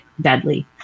deadly